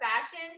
fashion